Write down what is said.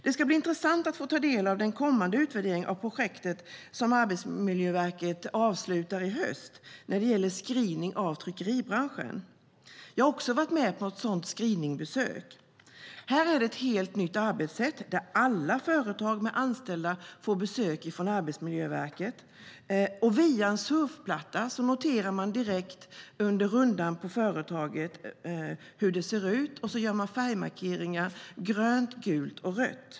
Det ska bli intressant att få ta del av kommande utvärdering av projektet hos Arbetsmiljöverket om den screening av tryckeribranschen som gjorts och som avslutas i höst. Jag har också varit med på ett sådant screeningbesök. Detta är ett helt nytt arbetssätt där alla företag med anställda får besök av Arbetsmiljöverket. Via en surfplatta noterar man direkt under rundan på företaget hur det ser ut. Man gör färgmarkeringar: grönt, gult och rött.